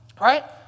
right